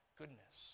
goodness